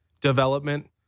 development